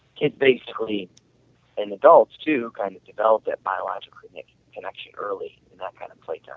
kids basically and adults too kind of develop that biological connection early and that kind of place. yeah